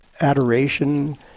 adoration